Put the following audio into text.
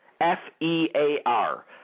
F-E-A-R